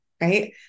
right